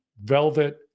velvet